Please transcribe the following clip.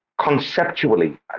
conceptually